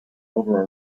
over